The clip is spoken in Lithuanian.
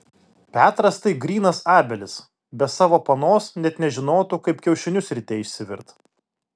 petras tai grynas abelis be savo panos net nežinotų kaip kiaušinius ryte išsivirt